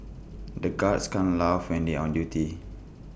the guards can't laugh when they on duty